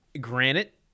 Granite